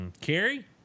Carrie